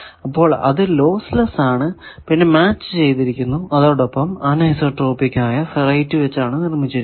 അപ്പോൾ അത് lossless ആണ് പിന്നെ മാച്ച് ചെയ്തിരിക്കുന്നു അതോടൊപ്പം അനൈസോ ട്രോപിക് ആയ ഫെറൈറ്റ് വച്ചാണ് നിർമിച്ചിരിക്കുന്നത്